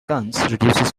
reduces